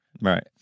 Right